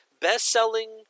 best-selling